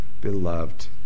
beloved